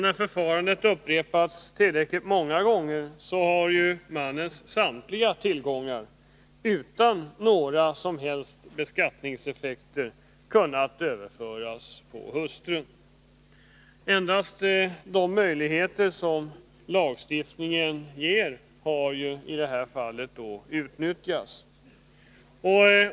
När förfarandet upprepats tillräckligt många gånger har mannens samtliga tillgångar utan några som helst beskattningseffekter överförts till hustrun. Endast de möjligheter som lagstiftningen ger har därvid utnyttjats.